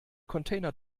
container